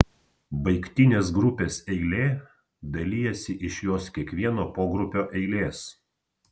baigtinės grupės eilė dalijasi iš jos kiekvieno pogrupio eilės